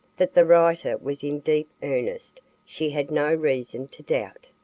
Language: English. that the writer was in deep earnest she had no reason to doubt.